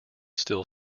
still